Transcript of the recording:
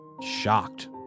Shocked